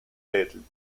del